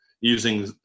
using